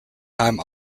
time